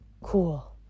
Cool